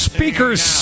Speakers